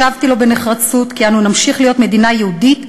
השבתי לו בנחרצות כי אנו נמשיך להיות מדינה יהודית,